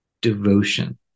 devotion